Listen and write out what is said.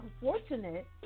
unfortunate